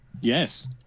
Yes